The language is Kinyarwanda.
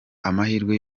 amahirwe